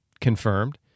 confirmed